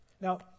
Now